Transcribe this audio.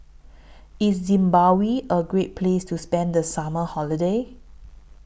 IS Zimbabwe A Great Place to spend The Summer Holiday